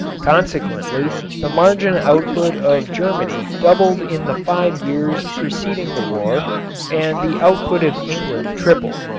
consequently the margarin output of germany doubled in the five years preceding the war and the output of england tripled.